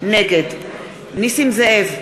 נגד נסים זאב,